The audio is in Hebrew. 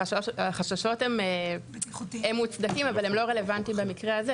הם מוצדקים אבל הם לא רלוונטיים במקרה הזה,